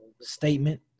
statement